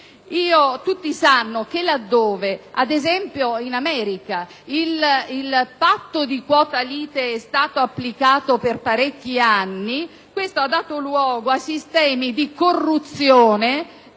Tutti sanno che dove - ad esempio in America - il patto di quota lite è stato applicato per parecchi anni questo ha dato luogo a sistemi di corruzione